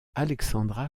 alexandra